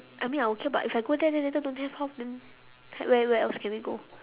I mean I okay but if I go there then later don't have how then where where else can we go